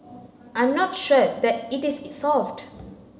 I'm not sure that it is solved